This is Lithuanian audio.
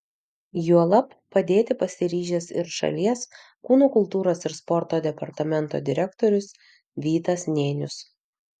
juolab padėti pasiryžęs ir šalies kūno kultūros ir sporto departamento direktorius vytas nėnius